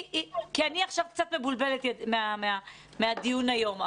כי אני עכשיו קצת מבולבלת מהדיון היום.